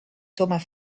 thomas